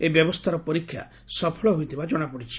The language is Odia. ଏହି ବ୍ବସ୍ପାର ପରୀକ୍ଷା ସଫଳ ହୋଇଥିବା ଜଣାପଡ଼ିଛି